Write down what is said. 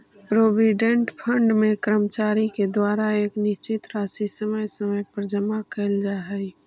provident fund में कर्मचारि के द्वारा एक निश्चित राशि समय समय पर जमा कैल जा हई